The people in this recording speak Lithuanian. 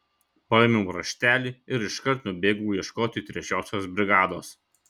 paėmiau raštelį ir iškart nubėgau ieškoti trečiosios brigados